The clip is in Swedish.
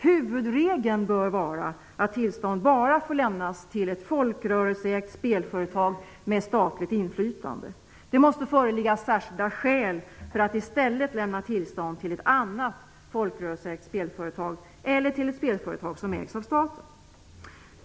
Huvudregeln bör vara att tillstånd bara får lämnas till ett folkrörelseägt spelföretag med statligt inflytande. Det måste föreligga särskilda skäl för att i stället lämna tillstånd till ett annat folkrörelseägt spelföretag eller till ett spelföretag som ägs av staten.